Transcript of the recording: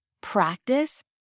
practice